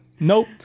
Nope